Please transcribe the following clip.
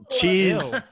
cheese